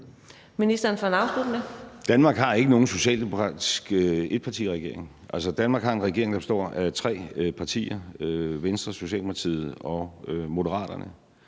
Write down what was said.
(Lars Løkke Rasmussen): Danmark har ikke nogen socialdemokratisk etpartiregering. Altså, Danmark har en regering, der består af tre partier – Venstre, Socialdemokratiet og Moderaterne